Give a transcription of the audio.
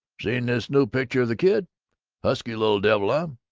seen this new picture of the kid husky little devil, ah?